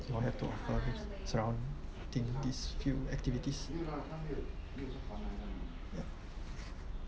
you all have to offer which surrounding these few activities ya